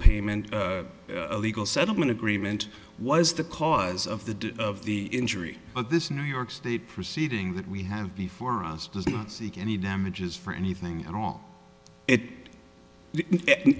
payment a legal settlement agreement was the cause of the death of the injury of this new york state proceeding that we have before us does not seek any damages for anything at all it